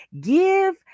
Give